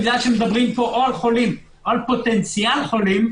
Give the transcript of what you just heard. בגלל שמדברים פה או על חולים או על פוטנציאל חולים,